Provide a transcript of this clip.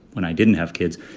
when i didn't have kids,